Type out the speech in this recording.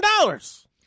dollars